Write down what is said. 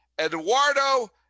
Eduardo